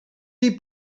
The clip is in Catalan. dir